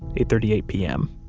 eight thirty eight pm.